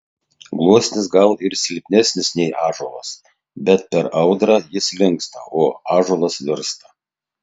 gluosnis gal ir silpnesnis nei ąžuolas bet per audrą jis linksta o ąžuolas virsta